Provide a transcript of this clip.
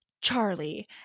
Charlie